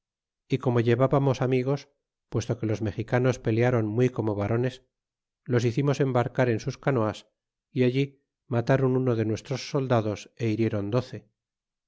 y como llevábamos amigos puesto que los mexicanos pelearon muy como varones los hicimos embarcar en sus canoas y allí mataron uno de nuestros soldados e hirieron doce